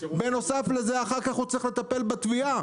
בנוסף לזה אחר כך הוא צריך לטפל בתביעה.